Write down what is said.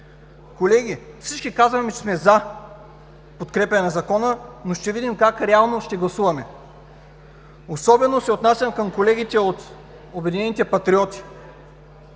Колеги, всички казваме, че сме „за“ подкрепа на Закона, но ще видим как реално ще гласуваме. Особено се обръщам към колегите от „Обединените патриоти“: